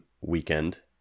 Weekend